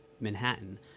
Manhattan